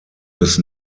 des